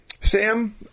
Sam